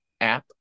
app